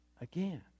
again